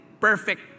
perfect